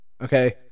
Okay